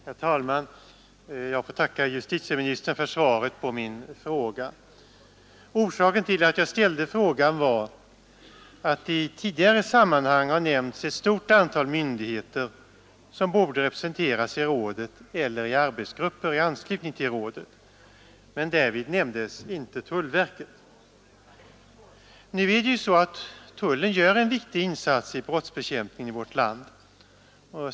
Herr talman! Jag ber att få tacka justitieministern för svaret på min fråga. Orsaken till att jag ställde frågan var att det i tidigare sammanhang har nämnts ett stort antal myndigheter som borde representeras i rådet eller i arbetsgruppen i anslutning till rådet. Därvid nämndes inte tullverket. Tullen gör en viktig insats i brottsbekämpande syfte i vårt land.